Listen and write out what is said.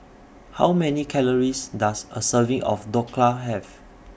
How Many Calories Does A Serving of Dhokla Have